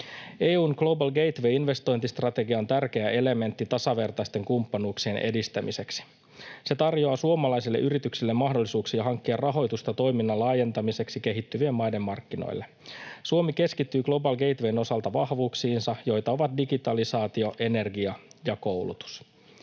EU:n Global Gateway -investointistrategia on tärkeä elementti tasavertaisten kumppanuuksien edistämiseksi. Se tarjoaa suomalaisille yrityksille mahdollisuuksia hankkia rahoitusta toiminnan laajentamiseksi kehittyvien maiden markkinoille. Suomi keskittyy Global Gatewayn osalta vahvuuksiinsa, joita ovat digitalisaatio, energia ja koulutus.